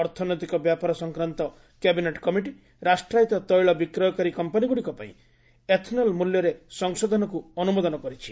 ଅର୍ଥନୈତିକ ବ୍ୟାପାର ସଂକ୍ରାନ୍ତ କ୍ୟାବିନେଟ୍ କମିଟି ରାଷ୍ଟ୍ରାୟତ ତୈଳ ବିକ୍ରୟକାରୀ କମ୍ପାନୀଗୁଡ଼ିକ ପାଇଁ ଏଥନଲ୍ ମୂଲ୍ୟରେ ସଂଶୋଧନକୁ ଅନୁମୋଦନ କରିଛି